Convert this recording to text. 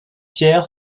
hier